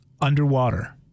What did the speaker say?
underwater